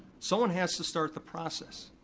someone has to start the process,